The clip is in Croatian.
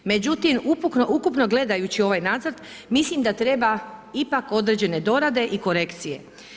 Međutim, ukupno gledajući ovaj nacrt, mislim da treba ipak određene dorade i korekcije.